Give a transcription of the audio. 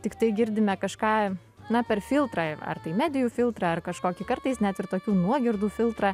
tiktai girdime kažką na per filtrą ei ar tai medijų filtrą ar kažkokį kartais net ir tokių nuogirdų filtrą